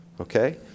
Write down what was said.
Okay